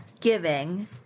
giving